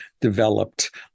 developed